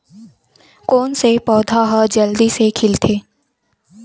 कोन से पौधा ह जल्दी से खिलथे?